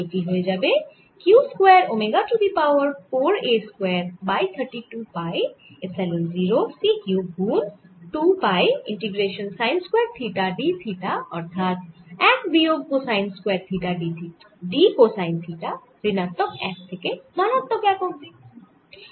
এটি হয়ে যাবে q square omega to the power 4 a square by 32 pi epsilon 0 c cube গুন 2 pi integration sine square theta d cosine theta অর্থাৎ 1 বিয়োগ cosine square theta d cosine theta ঋণাত্মক 1 থেকে ধনাত্মক 1 অবধি